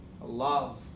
love